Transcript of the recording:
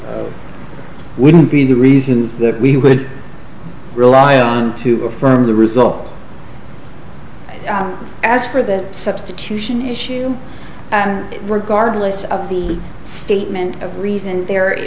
the wouldn't be the reason that we would rely on to affirm the result as for the substitution issue regardless of the statement of reason there